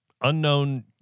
unknown